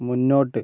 മുന്നോട്ട്